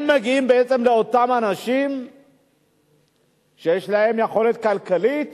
הם מגיעים בעצם לאותם אנשים שיש להם יכולת כלכלית